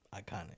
Iconic